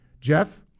Jeff